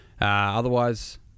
Otherwise